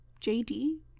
JD